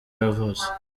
yavutse